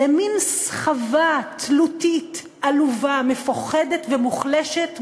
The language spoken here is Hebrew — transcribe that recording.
למין סחבה תלותית, עלובה, מפוחדת ומוחלשת.